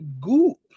Goop